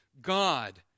God